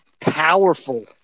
powerful